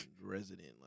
resident